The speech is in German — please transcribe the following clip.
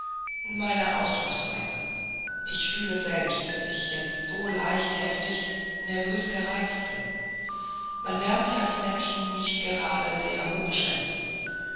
meine ausdrucksweise ich fühle selbst daß ich jetzt so leicht heftig nervös gereizt bin man lernt ja die menschen nicht gerade sehr hoch schätzen